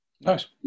Nice